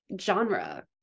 genre